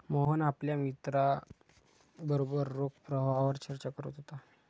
मोहन आपल्या मित्रांबरोबर रोख प्रवाहावर चर्चा करत होता